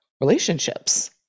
relationships